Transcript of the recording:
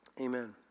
Amen